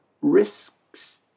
risks